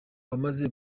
wamaze